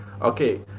okay